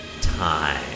time